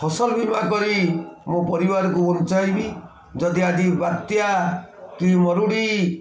ଫସଲ ବି ବା କରି ମୋ ପରିବାରକୁ ବଞ୍ଚାଇବି ଯଦି ଆଜି ବାତ୍ୟା କି ମରୁଡ଼ି